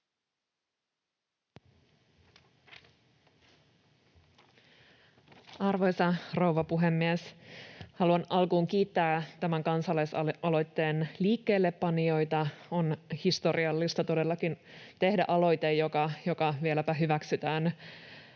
Arvoisa rouva puhemies! Haluan alkuun kiittää tämän kansalais-aloitteen liikkeellepanijoita. On todellakin historiallista tehdä aloite, joka vieläpä hyväksytään